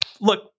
look